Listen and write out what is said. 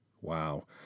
wow